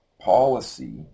policy